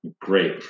Great